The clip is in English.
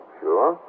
sure